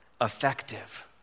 effective